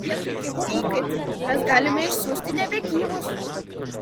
vietoj gyvų įkaitų mes galime išsiųsti nebegyvus